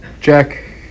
Jack